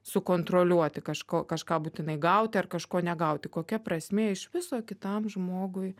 sukontroliuoti kažko kažką būtinai gauti ar kažko negauti kokia prasmė iš viso kitam žmogui